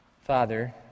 Father